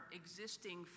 existing